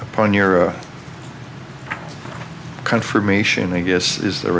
upon your confirmation i guess is the